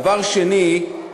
דבר שני,